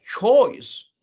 choice